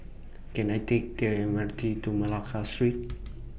Can I Take The M R T to Malacca Street